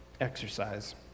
Exercise